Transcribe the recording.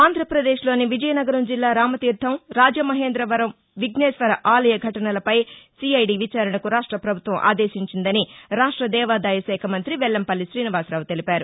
ఆంధ్రప్రదేశ్లోని విజయనగరం జిల్లా రామతీర్ణం రాజమహేంద్రవరం విఘ్నేశ్వర ఆలయ ఘటనలపై సిఐది విచారణకు రాష్ట పభుత్వం ఆదేశించిందని రాష్ట దేవాదాయ శాఖ మంతి వెల్లంపల్లి శ్రీనివాసరావు తెలిపారు